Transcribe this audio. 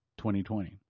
2020